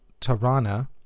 Tarana